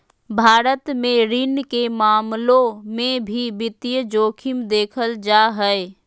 भारत मे ऋण के मामलों मे भी वित्तीय जोखिम देखल जा हय